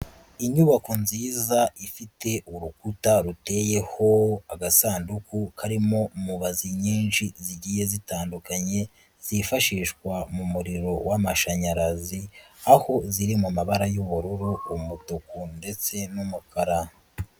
Inyubako nziza ifite urukuta ruteyeho agasanduku karimo mubazi nyinshi zigiye zitandukanye zifashishwa mu muriro w'amashanyarazi, aho ziri mu mabara y'ubururu, umutuku ndetse n'umukara.